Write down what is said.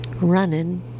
running